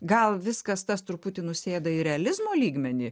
gal viskas tas truputį nusėda į realizmo lygmenį